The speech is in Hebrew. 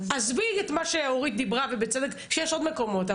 עזבי את מה שאורית דיברה ובצדק יש עוד מקומות,